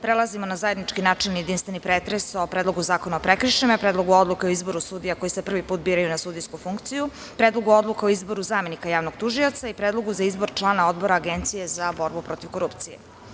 Prelazimo na zajednički načelni jedinstveni pretresu o Predlogu zakona o prekršajima, Predlogu odluke o izboru sudija koji se prvi put biraju na sudijsku funkciju, Predlogu odluke o izboru zamenika javnog tužioca i Predlogu za izbor člana Odbora agencije za borbu protiv korupcije.